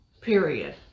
period